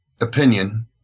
opinion